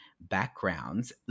backgrounds